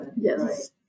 Yes